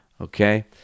okay